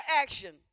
action